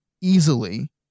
easily